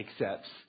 accepts